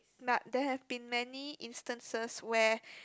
but there have been many instances where